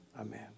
Amen